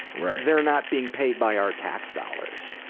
right. they're not being paid by our tax dollars.